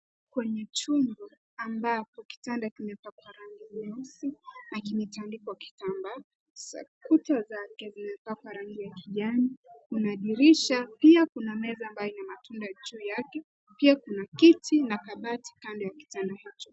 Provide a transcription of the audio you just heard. Kwenye chumba ambapo kitanda kimepakwa rangi nyeusi na kimetandikwa kitambaa safi. Kuta zake zimepakwa rangi ya kijani. Kuna dirisha, pia kuna meza ambayo ina matunda juu, pia kuna kiti na kabati kando ya kitanda hicho.